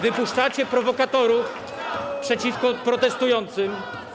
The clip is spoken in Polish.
Wypuszczacie prowokatorów przeciwko protestującym.